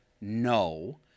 no